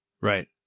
Right